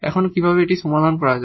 এখন কিভাবে সমাধান করা যায়